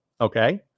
okay